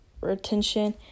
retention